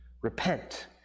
Repent